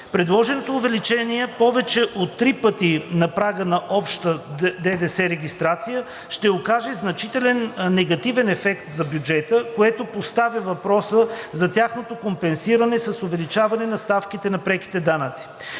Предложеното увеличение – повече от три пъти на прага за обща ДДС регистрация, ще окаже значителен негативен ефект за бюджета, което поставя въпроса за тяхното компенсиране с увеличаване на ставките на преките данъци.